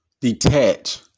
detach